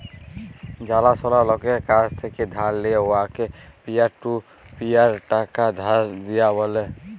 জালাশলা লকের কাছ থ্যাকে ধার লিঁয়ে উয়াকে পিয়ার টু পিয়ার টাকা ধার দিয়া ব্যলে